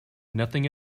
nothing